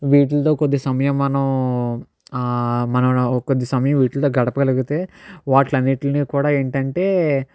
వీట్లతో కొద్ది సమయం మనం మనం కొద్ది సమయం వీట్లతో గడపగలిగితే వాట్లన్నింటిని కూడా ఏంటంటే